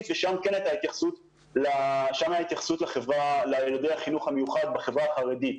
ושם כן הייתה התייחסות לילדי החינוך המיוחד בחברה החרדית.